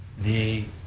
the,